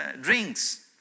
drinks